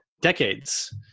decades